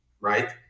right